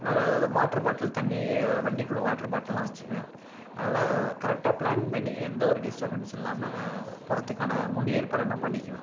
அதனால் அதை அதை வாட்ரு பாட்டில் தண்ணியை வண்டிக்குள்ளே வாட்ரு பாட்டில்லாம் வைச்சுக்குவேன் அதனால் கரெக்டாக ப்ளான் பண்ணி எந்த ஒரு டிஸ்டபன்ஸும் இல்லாமல் போகிறத்துக்கான முன் ஏற்பாடை நான் பண்ணிக்குவேன்